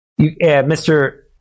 Mr